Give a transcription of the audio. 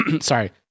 sorry